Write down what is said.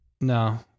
No